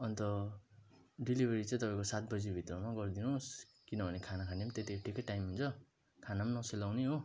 अन्त डेलिभेरी चाहिँ तपाईँको सात बजीभित्रमा गरिदिनु होस् किनभने खाना खाने पनि त्यति बेला ठिकै टाइम हुन्छ खाना पनि नसेलाउने हो